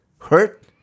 hurt